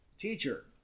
teacher